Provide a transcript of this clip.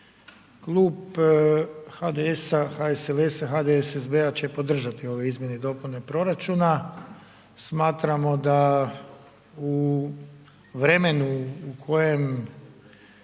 Klub HDS-a, HSLS-a, HDSSB-a će podržati ove izmjene i dopune proračuna. Smatramo da u vremenu u kojem